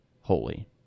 holy